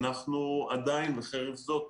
עדיין וחרף זאת,